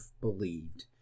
believed